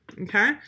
okay